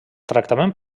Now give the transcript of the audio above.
tractament